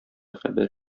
хәбәр